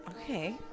Okay